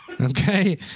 Okay